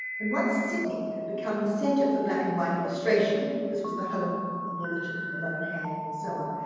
and once sydney had become the center for black and white illustration, this was the home of the bulletin, the lone hand and so on.